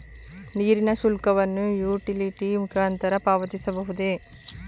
ನೀರಿನ ಶುಲ್ಕವನ್ನು ಯುಟಿಲಿಟಿ ಮುಖಾಂತರ ಪಾವತಿಸಬಹುದೇ?